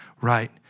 right